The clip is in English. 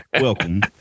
welcome